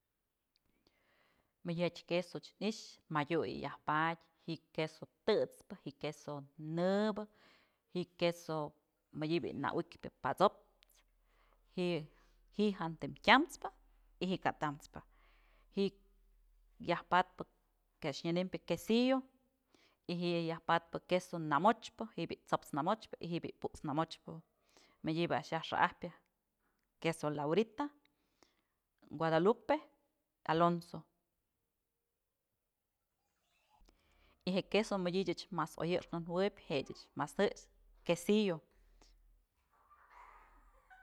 Mëdyë jatyë queso ëch i'ixë madyu yë yajpadyë ji'i queso tët'spë, ji'i queso nëbë, ji'i queso madyëbë bi'i a ukyë pa'a t'saps, ji'i tantëm tyams pë y ji'i ka'a tams pë, ji'i yaj patpë je'e a'ax nyënëmbyë quesillo y ji'i je'e yaj patpë queso nëmochpë, ji'i bi'i t'saps namochpë y ji'i bi'i put's nëmochpë mëdyëbë a'ax yaj xa'ajpyë queso laurita, gudalupe, alonso y je'e queso mëdyë ëch mas oyjënë jawebyë jëch ëch mas jëxpë quesillo.